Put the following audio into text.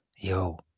Yo